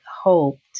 hoped